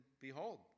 behold